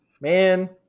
man